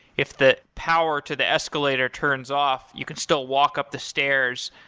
if the power to the escalator turns off, you can still walk up the stairs,